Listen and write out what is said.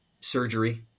surgery